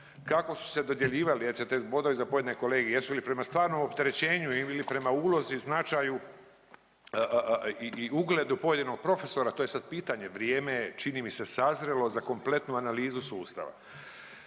kako su se dodjeljivali ECTS za pojedine kolegije. Jesu li prema stvarnom opterećenju ili prema ulozi, značaju i ugledu pojedinog profesora to je sad pitanje. Vrijeme je čini mi se sazrjelo za kompletnu analizu sustava.